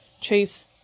chase